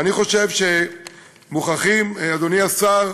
אני חושב שמוכרחים, אדוני השר,